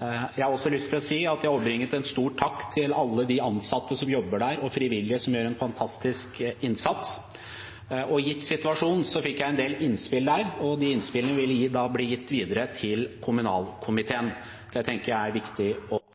Jeg har også lyst til å si at jeg overbrakte en stor takk til alle de ansatte som jobber der, og de frivillige som gjør en fantastisk innsats. Gitt situasjonen fikk jeg en del innspill der, og de innspillene vil bli gitt videre til kommunalkomiteen. Det tenker jeg er viktig å ha med.